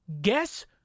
guess